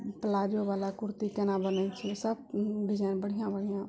प्लाजोवला कुरती कोना बनै छै सब डिजाइन बढ़िआँ बढिआँ